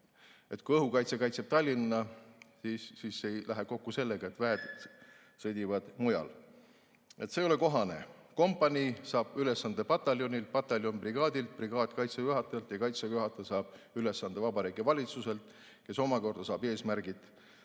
kui õhukaitse kaitseb Tallinna, siis see ei lähe kokku sellega, et väed sõdivad mujal. See ei ole kohane. Kompanii saab ülesande pataljonilt, pataljon brigaadilt, brigaad Kaitseväe juhatajalt ja Kaitseväe juhataja saab ülesande Vabariigi Valitsuselt, kes omakorda saab eesmärgid